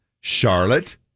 Charlotte